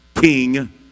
King